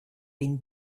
been